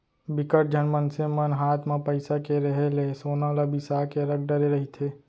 बिकट झन मनसे मन हात म पइसा के रेहे ले सोना ल बिसा के रख डरे रहिथे